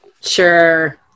Sure